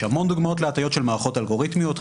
יש המון דוגמאות להטיות של מערכות אלגוריתמיות.